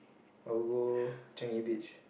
I would go Changi-Beach